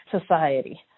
society